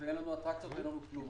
אטרקציות ואין לנו כלום,